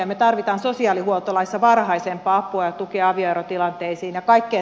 me tarvitsemme sosiaalihuoltolaissa varhaisempaa apua ja tukea avioerotilanteisiin